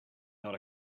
not